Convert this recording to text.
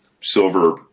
silver